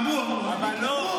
אמרו, אמרו.